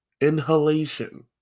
inhalation